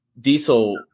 diesel